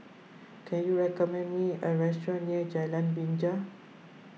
can you recommend me a restaurant near Jalan Binja